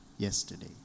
Yesterday